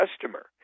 customer